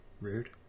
Rude